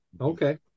okay